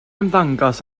ymddangos